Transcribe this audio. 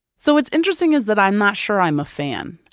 so what's interesting is that i'm not sure i'm a fan